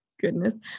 goodness